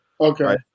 Okay